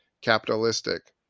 Capitalistic